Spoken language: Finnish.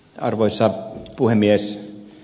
arvoisa puhemies